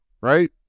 right